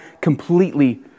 completely